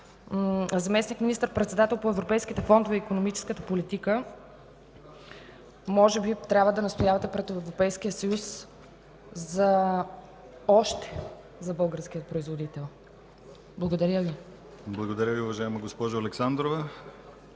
заместник министър-председател по европейските фондове и икономическата политика може би трябва да настоявате пред Европейския съюз за още за българския производител. Благодаря Ви. ПРЕДСЕДАТЕЛ ДИМИТЪР ГЛАВЧЕВ: Благодаря Ви, уважаема госпожо Александрова.